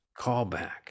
Callback